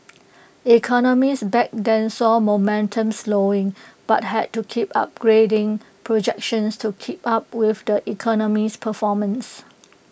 economists back then saw momentum slowing but had to keep upgrading projections to keep up with the economy's performance